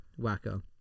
wacko